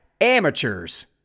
amateurs